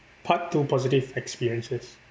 part two positive experiences